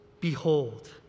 Behold